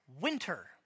winter